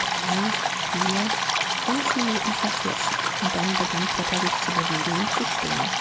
drei vier fünf minuten verflossen und dann begann potter sich zu bewegen und zu stöhnen